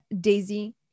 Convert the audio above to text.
Daisy